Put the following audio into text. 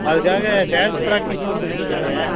அதுக்காக dance practice கொடுத்துக்கிட்ருக்கறேங்க